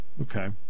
Okay